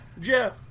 Jeff